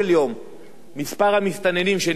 עם מספר המסתננים שנמצא במדינת ישראל,